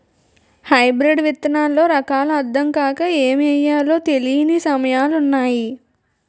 hybrid విత్తనాల్లో రకాలు అద్దం కాక ఏమి ఎయ్యాలో తెలీని సమయాలున్నాయి